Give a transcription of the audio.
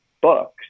books